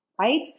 right